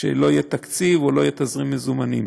שלא יהיה תקציב או לא יהיה תזרים מזומנים.